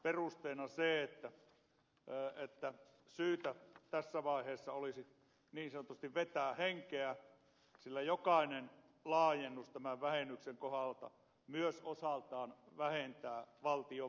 perusteena on se että tässä vaiheessa olisi syytä niin sanotusti vetää henkeä sillä jokainen laajennus tämän vähennyksen kohdalta myös osaltaan vähentää valtion verotuloja